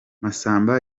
masamba